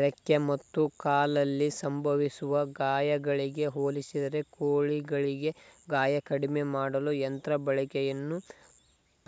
ರೆಕ್ಕೆ ಮತ್ತು ಕಾಲಲ್ಲಿ ಸಂಭವಿಸುವ ಗಾಯಗಳಿಗೆ ಹೋಲಿಸಿದರೆ ಕೋಳಿಗಳಿಗೆ ಗಾಯ ಕಡಿಮೆ ಮಾಡಲು ಯಂತ್ರ ಬಳಕೆಯನ್ನು